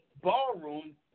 ballroom